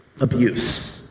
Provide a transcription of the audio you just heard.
abuse